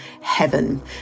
heaven